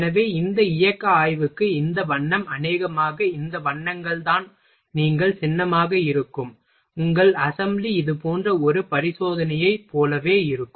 எனவே இந்த இயக்க ஆய்வுக்கு இந்த வண்ணம் அநேகமாக இந்த வண்ணங்கள் தான் நீங்கள் சின்னமாக இருக்கும் உங்கள் அசெம்பிளி இது போன்ற ஒரு பரிசோதனையைப் போலவே இருக்கும்